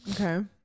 Okay